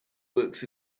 works